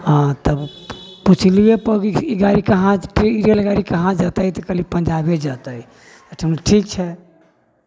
हॅं तब पुछलियै पब ई गाड़ी कहाँ जेतै ई रेलगाड़ी कहाँ जेतै तऽ कहलियै पंजाबे जेतै अच्छा ठीक छै